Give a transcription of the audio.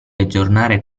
aggiornare